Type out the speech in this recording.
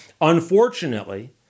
Unfortunately